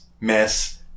Miss